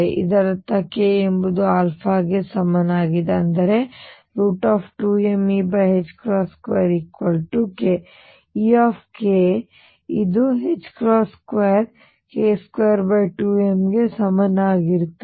ಇದರರ್ಥ k ಎಂಬುದು α ಗೆ ಸಮವಾಗಿದೆ ಅಂದರೆ2mE2k ಅಥವಾ E ಇದು2k22m ಗೆ ಸಮಾನವಾಗಿರುತ್ತದೆ